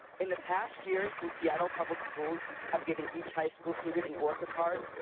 in the past year, since seattle public schools have given each high school student an orca card,